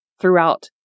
throughout